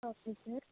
okay sir